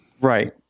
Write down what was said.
Right